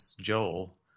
Joel